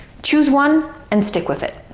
choose one and stick with it.